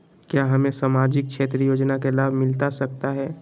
क्या हमें सामाजिक क्षेत्र योजना के लाभ मिलता सकता है?